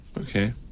Okay